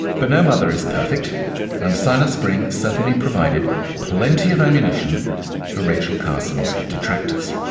but no mother is perfect and silent spring certainly provided plenty of ammunition for rachel carson's detractors.